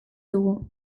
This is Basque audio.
dugu